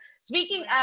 Speaking